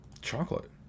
Chocolate